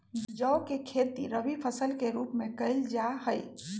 जौ के खेती रवि फसल के रूप में कइल जा हई